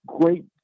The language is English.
great